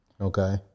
Okay